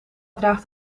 draagt